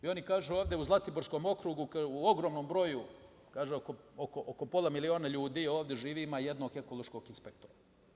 Oni kažu ovde u Zlatiborskom okrugu u ogromnom broju, oko pola miliona ljudi ovde živi i ima jednog ekološkog inspektora.